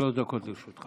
אדוני, שלוש דקות לרשותך.